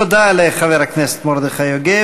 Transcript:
תודה לחבר הכנסת מרדכי יוגב.